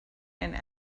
and